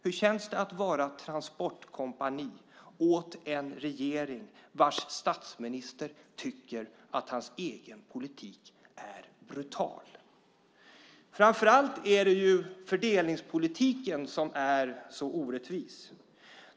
Hur känns det att vara transportkompani åt en regering vars statsminister tycker att hans egen politik är brutal? Framför allt är det fördelningspolitiken som är så orättvis.